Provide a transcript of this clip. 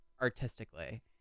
artistically